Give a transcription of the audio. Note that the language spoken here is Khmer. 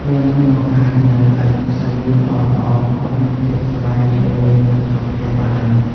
វានឹងបង្កើតនូវ អនុស្សាវរីយ៍ល្អៗ និងភាពសប្បាយរីករាយនៅក្នុងផ្ទះបាយ ។